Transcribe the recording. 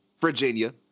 Virginia